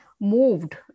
moved